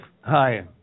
Hi